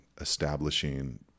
establishing